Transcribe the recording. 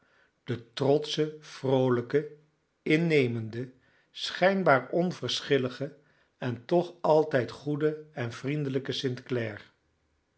de trotsche vroolijke innemende schijnbaar onverschillige en toch altijd goede en vriendelijke